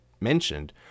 mentioned